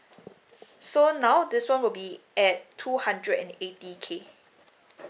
so now this one will be at two hundred and eighty K